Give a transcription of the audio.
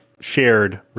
shared